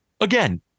Again